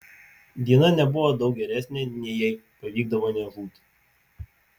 diena nebuvo daug geresnė nei jei pavykdavo nežūti